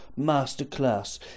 masterclass